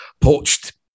poached